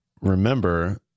remember